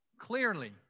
Clearly